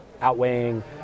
outweighing